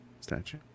statue